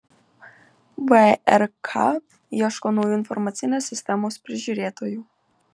vrk ieško naujų informacinės sistemos prižiūrėtojų